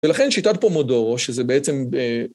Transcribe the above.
ולכן שיטת פומודורו, שזה בעצם...